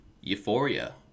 Euphoria